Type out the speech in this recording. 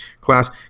class